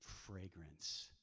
fragrance